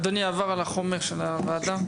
אדוני עבר על החומר של הוועדה?